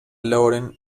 lauren